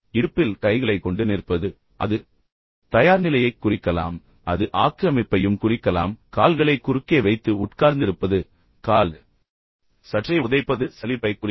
இடுப்பில் கைகளைக் கொண்டு நிற்பது எனவே அது தயார்நிலையைக் குறிக்கலாம் நான் தயாராக இருக்கிறேன் ஆனால் அது ஆக்கிரமிப்பையும் குறிக்கலாம் கால்களைக் குறுக்கே வைத்து உட்கார்ந்திருப்பது கால் சற்றே உதைப்பது சலிப்பைக் குறிக்கும்